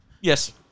Yes